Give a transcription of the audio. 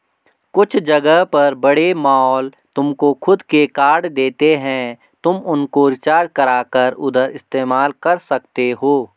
कुछ जगह पर बड़े मॉल तुमको खुद के कार्ड देते हैं तुम उनको रिचार्ज करा कर उधर इस्तेमाल कर सकते हो